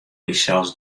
dysels